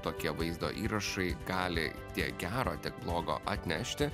tokie vaizdo įrašai gali tiek gero tiek blogo atnešti